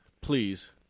please